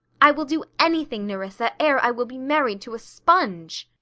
i will do anything, nerissa, ere i will be married to a sponge.